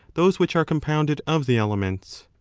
those which are compounded of the elements.